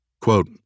Quote